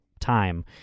time